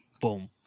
boom